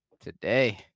Today